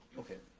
okay.